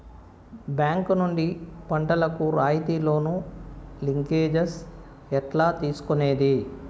Bank నుండి పంటలు కు రాయితీ లోను, లింకేజస్ ఎట్లా తీసుకొనేది?